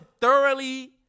thoroughly